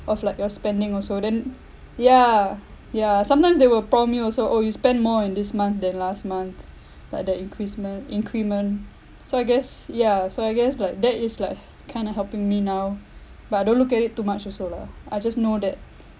of like your spending also then yeah yeah sometimes they will prompt you also oh you spent more in this month than last month like the increment increment so I guess yeah so I guess like that is like kind of helping me now but I don't look at it too much also lah I just know that